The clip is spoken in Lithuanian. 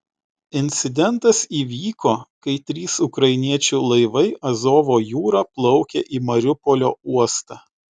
incidentas įvyko kai trys ukrainiečių laivai azovo jūra plaukė į mariupolio uostą